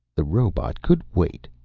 the robot. could wait.